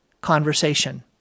conversation